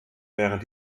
während